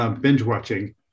binge-watching